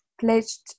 pledged